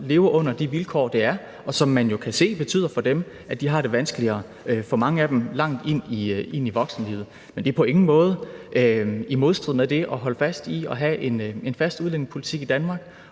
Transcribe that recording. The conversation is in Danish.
lever under de vilkår, som jo betyder, at de har det vanskeligere – for manges vedkommende langt ind i voksenlivet. Men det er på ingen måde i modstrid med det at holde fast i at have en fast udlændingepolitik i Danmark,